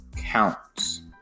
counts